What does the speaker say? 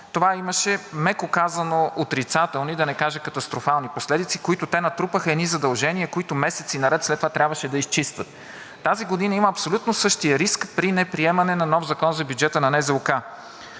това имаше меко казано отрицателни, да не кажа, катастрофални последици, с които те натрупаха едни задължения, които месеци наред след това трябваше да изчистват. Тази година има абсолютно същия риск при неприемане на нов Закон за бюджета на НЗОК.